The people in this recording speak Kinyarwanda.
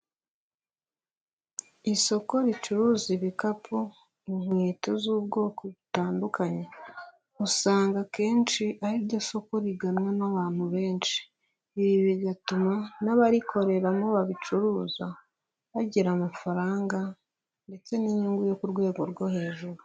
Isoko ricuruza ibikapu, inkweto z'ubwoko butandukanye usanga akenshi ari ryo soko riganwa n'abantu benshi, ibi bigatuma n'abarikoreramo babicuruza bagira amafaranga ndetse n'inyungu yo ku rwego rwo hejuru.